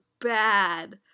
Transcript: bad